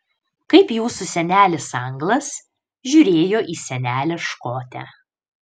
kaip jūsų senelis anglas žiūrėjo į senelę škotę